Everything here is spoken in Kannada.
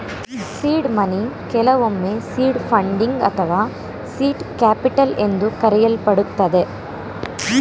ಸೀಡ್ ಮನಿ ಕೆಲವೊಮ್ಮೆ ಸೀಡ್ ಫಂಡಿಂಗ್ ಅಥವಾ ಸೀಟ್ ಕ್ಯಾಪಿಟಲ್ ಎಂದು ಕರೆಯಲ್ಪಡುತ್ತದೆ